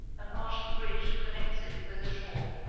an arched bridge connects it with the shore.